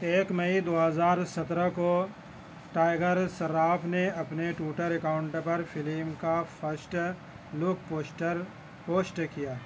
ایک مئی دو ہزار سترہ کو ٹائیگر شراف نے اپنے ٹوئٹر اکاؤنٹ پر فلم کا فشٹ لک پوشٹر پوشٹ کیا